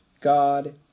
God